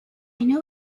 know